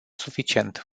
suficient